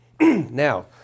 Now